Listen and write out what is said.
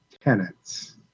tenants